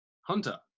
hunter